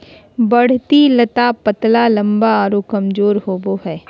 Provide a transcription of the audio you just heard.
बढ़ती लता पतला लम्बा आरो कमजोर होबो हइ